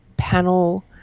Panel